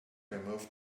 removed